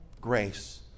grace